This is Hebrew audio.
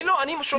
אני שותק.